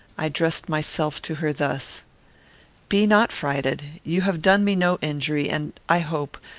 i addressed myself to her thus be not frighted. you have done me no injury, and, i hope,